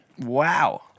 wow